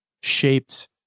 shaped